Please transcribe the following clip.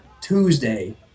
Tuesday